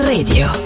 Radio